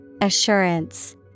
Assurance